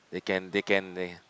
they can they can they